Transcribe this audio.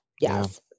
Yes